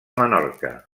menorca